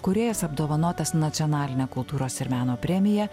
kūrėjas apdovanotas nacionaline kultūros ir meno premija